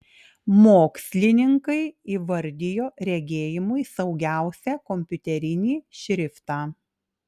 mokslininkai įvardijo regėjimui saugiausią kompiuterinį šriftą